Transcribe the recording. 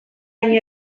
hain